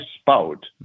spout